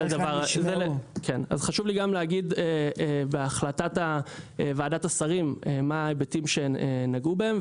אז חשוב לי גם להגיד בהחלטת ועדת השרים מה ההיבטים שנגעו בהם,